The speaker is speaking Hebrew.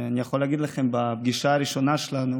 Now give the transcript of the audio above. אני יכול להגיד לכם שבפגישה הראשונה שלנו,